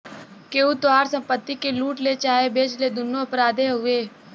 केहू तोहार संपत्ति के लूट ले चाहे बेच दे दुन्नो अपराधे हउवे